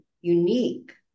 unique